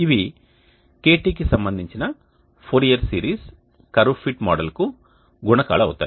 ఇవి kt కి సంబంధించిన ఫోరియర్ సిరీస్ కర్వ్ ఫిట్ మోడల్కు గుణకాలు అవుతాయి